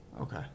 okay